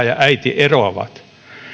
ja äiti eroavat